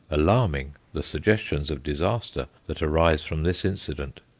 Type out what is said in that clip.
alarming the suggestions of disaster, that arise from this incident.